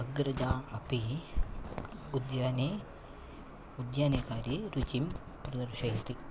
अग्रजा अपि उद्याने उद्याने कार्ये रुचिं प्रदर्शयति